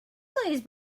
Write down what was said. please